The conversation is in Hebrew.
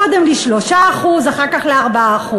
קודם ל-3% ואחר כך ל-4%.